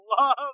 love